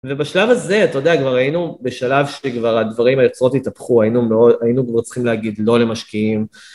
ובשלב הזה, אתה יודע, כבר היינו בשלב שהדברים.. היוצרות התהפכו, היינו כבר צריכים להגיד "לא" למשקיעים.